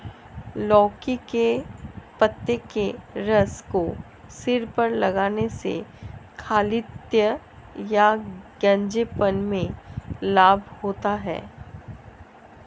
लौकी के पत्ते के रस को सिर पर लगाने से खालित्य या गंजेपन में लाभ होता है